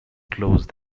closed